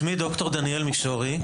שמי דוקטור דניאל מישורי,